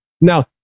Now